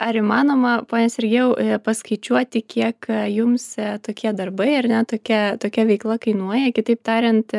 ar įmanoma pone sergėjau paskaičiuoti kiek jums tokie darbai ar ne tokia tokia veikla kainuoja kitaip tariant